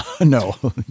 no